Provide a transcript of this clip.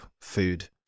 food